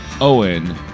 Owen